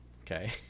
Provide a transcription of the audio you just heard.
okay